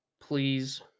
Please